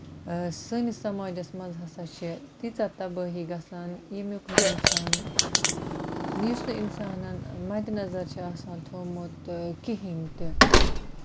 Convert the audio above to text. آ سانِس سَماجَس منٛز ہسا چھِ تیٖژھا تَبٲہی گژھان ییٚمیُک نہٕ اِنسان یُس نہٕ اِنسانن مَدِ نظر چھُ آسان تھوٚومُت کِہیٖنٛۍ تہِ